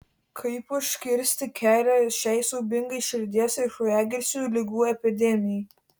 kaip užkirsti kelią šiai siaubingai širdies ir kraujagyslių ligų epidemijai